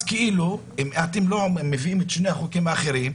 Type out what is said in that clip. אם לא מביאים את שני החוקים האחרים,